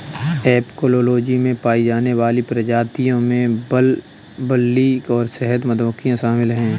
apicology में पाई जाने वाली प्रजातियों में बंबलबी और शहद मधुमक्खियां शामिल हैं